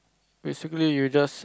basically you just